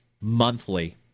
monthly